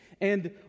and